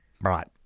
Right